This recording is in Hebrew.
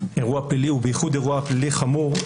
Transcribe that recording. ובייחוד אירוע פלילי חמור,